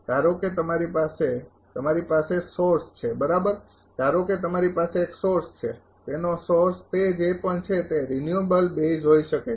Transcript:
ધારો કે તમારી પાસે તમારી પાસે સોર્સ છે બરાબર ધારો કે તમારી પાસે એક સોર્સ છે તેનો સોર્સ તે જે પણ છે તે રિન્યૂએબલ બેઝ હોઈ શકે છે